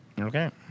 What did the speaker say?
Okay